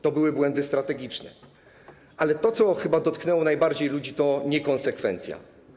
To były błędy strategiczne, ale to, co chyba dotknęło ludzi najbardziej, to niekonsekwencja.